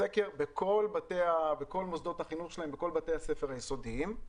בכל מוסדות החינוך שלהם, בכל בתי הספר היסודיים.